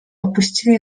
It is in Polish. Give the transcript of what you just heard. opuścili